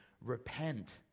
repent